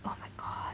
oh my god